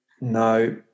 No